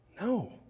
No